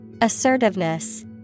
Assertiveness